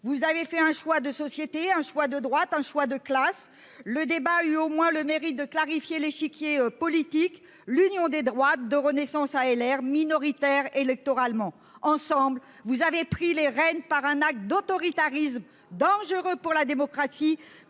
Vous avez fait un choix de société, un choix de droite un choix de classe. Le débat a eu au moins le mérite de clarifier l'échiquier politique, l'union des droites de renaissance à LR minoritaire électoralement ensemble vous avez pris les rênes, par un acte d'autoritarisme dangereux pour la démocratie